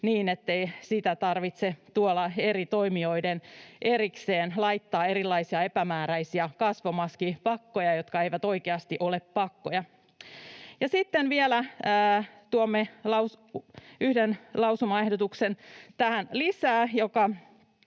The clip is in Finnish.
niin, ettei tarvitse tuolla eri toimijoiden erikseen laittaa erilaisia epämääräisiä kasvomaskipakkoja, jotka eivät oikeasti ole pakkoja. Ja sitten vielä tuomme tähän yhden lausumaehdotuksen lisää,